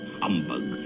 humbug